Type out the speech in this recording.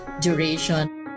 duration